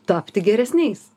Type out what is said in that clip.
tapti geresniais